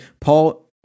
paul